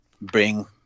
bring